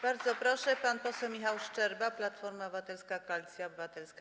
Bardzo proszę, pan poseł Michał Szczerba, Platforma Obywatelska - Koalicja Obywatelska.